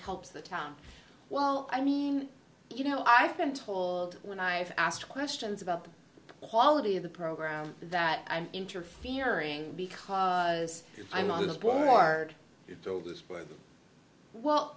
helps the town well i mean you know i've been told when i've asked questions about the quality of the program that i'm interfering because i'm on the board